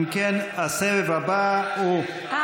אם כן, הסבב הבא הוא, שאלה.